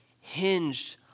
hinged